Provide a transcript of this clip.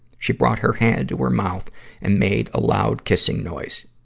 she brought her hand to her mouth and made a loud kissing noise.